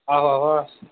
आहो आहो